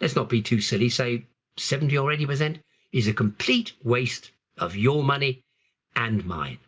let's not be too silly, say seventy percent or eighty percent is a complete waste of your money and mine.